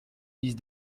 these